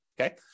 Okay